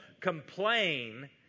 complain